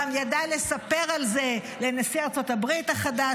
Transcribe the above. גם ניסה לספר על זה לנשיא ארצות הברית החדש,